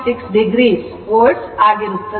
6 o volt ಆಗಿರುತ್ತದೆ